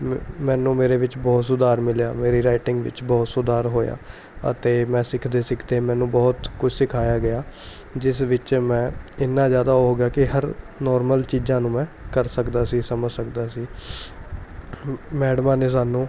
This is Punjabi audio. ਮੈਨੂੰ ਮੇਰੇ ਵਿੱਚ ਬਹੁਤ ਸੁਧਾਰ ਮਿਲਿਆ ਮੇਰੀ ਰਾਈਟਿੰਗ ਵਿੱਚ ਬਹੁਤ ਸੁਧਾਰ ਹੋਇਆ ਅਤੇ ਮੈਂ ਸਿੱਖਦੇ ਸਿੱਖਦੇ ਮੈਨੂੰ ਬਹੁਤ ਕੁਛ ਸਿਖਾਇਆ ਗਿਆ ਜਿਸ ਵਿੱਚ ਮੈਂ ਇੰਨਾ ਜ਼ਿਆਦਾ ਉਹ ਹੋ ਗਿਆ ਕਿ ਹਰ ਨੋਰਮਲ ਚੀਜ਼ਾਂ ਨੂੰ ਮੈਂ ਕਰ ਸਕਦਾ ਸੀ ਸਮਝ ਸਕਦਾ ਸੀ ਮੈਡਮਾਂ ਨੇ ਸਾਨੂੰ